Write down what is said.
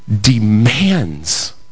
Demands